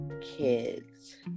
kids